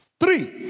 Three